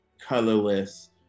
colorless